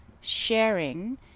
sharing